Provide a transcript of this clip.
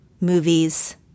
movies